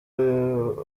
wari